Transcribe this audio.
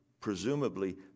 presumably